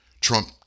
Trump